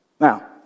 Now